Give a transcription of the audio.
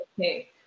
okay